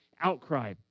outcry